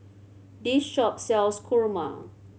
this shop sells kurma